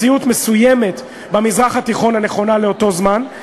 מציאות מסוימת במזרח התיכון הנכונה לאותו זמן,